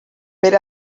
per